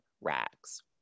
rags